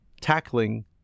tackling